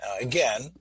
Again